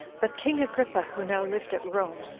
but king agrippa, who now lived at rome,